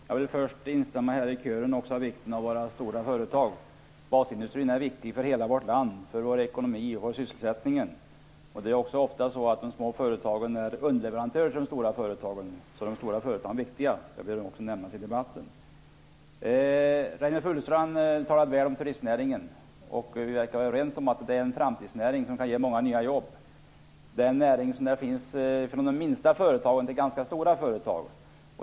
Herr talman! Jag vill först instämma i kören som talar om vikten av våra stora företag. Basindustrin är viktig för hela vårt land, för vår ekonomi och för sysselsättningen. Ofta är också de små företagen underleverantörer till de stora företagen, så de stora företagen är viktiga. Det bör också nämnas i debatten. Reynoldh Furustrand talar väl om turistnäringen. Vi verkar vara överens om att det är en framtidsnäring som kan ge många nya jobb. Det är en näring som rymmer alla slags företag, från de minsta till ganska stora företag.